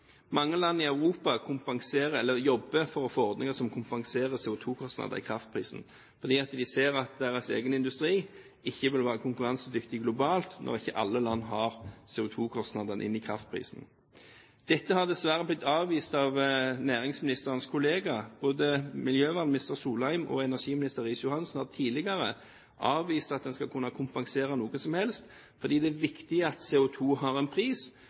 Mange land i Europa jobber for å få ordninger som kompenserer CO2-kostnader i kraftprisen, fordi de ser at deres egen industri ikke vil være konkurransedyktig globalt når ikke alle land har CO2-kostnadene inkludert i kraftprisen. Dette har dessverre blitt avvist av næringsministerens kolleger. Både miljøvernminister Solheim og energiminister Riis-Johansen har tidligere avvist at man skal kunne kompensere noe som helst, fordi det er viktig at CO2 har en pris,